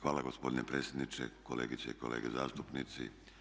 Hvala gospodine predsjedniče, kolegice i kolege zastupnici.